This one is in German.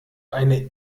eine